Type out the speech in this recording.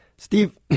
Steve